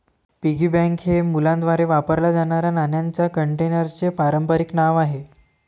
piggy bank हे मुलांद्वारे वापरल्या जाणाऱ्या नाण्यांच्या कंटेनरचे पारंपारिक नाव आहे